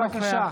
אינו נוכח